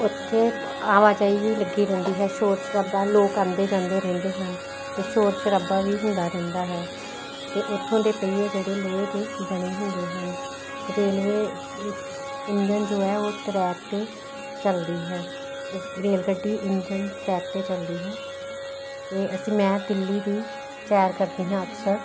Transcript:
ਉੱਥੇ ਆਵਾਜਾਈ ਵੀ ਲੱਗੀ ਰਹਿੰਦੀ ਹੈ ਸ਼ੋਰ ਸ਼ਰਾਬਾ ਲੋਕ ਆਉਂਦੇ ਜਾਂਦੇ ਰਹਿੰਦੇ ਹਨ ਅਤੇ ਸ਼ੋਰ ਸ਼ਰਾਬਾ ਵੀ ਹੁੰਦਾ ਰਹਿੰਦਾ ਹੈ ਅਤੇ ਉੱਥੋਂ ਦੇ ਪਹੀਏ ਜਿਹੜੇ ਲੋਹੇ ਦੇ ਬਣੇ ਹੁੰਦੇ ਹਨ ਰੇਲਵੇ ਇੰਜਣ ਜੋ ਹੈ ਉਹ ਟਰੈਕ 'ਤੇ ਚਲਦੀ ਹੈ ਰੇਲ ਗੱਡੀ ਇੰਜਣ ਟਰੈਕ 'ਤੇ ਚਲਦੀ ਹੈ ਇਹ ਅਸੀਂ ਮੈਂ ਦਿੱਲੀ ਦੀ ਸੈਰ ਕਰਦੀ ਹਾਂ ਅਕਸਰ